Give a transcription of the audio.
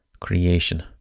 Creation